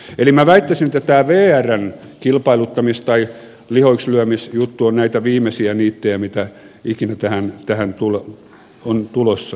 eli minä väittäisin että tämä vrn kilpailuttamis tai lihoiksilyömisjuttu on näitä viimeisiä niittejä mitä ikinä tähän on tulossa